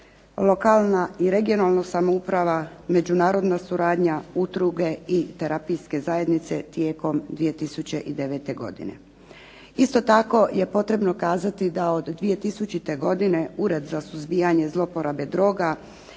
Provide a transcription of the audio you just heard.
lokalna i regionalna samouprava, međunarodna suradnja, udruge i terapijske zajednice tijekom 2009. godine. Isto tako je potrebno kazati da od 2000. godine Ured za suzbijanje zloporabe droga